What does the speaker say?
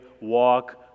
walk